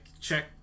check